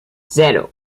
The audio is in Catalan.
zero